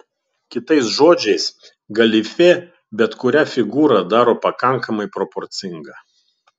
kitais žodžiais galifė bet kurią figūrą daro pakankamai proporcinga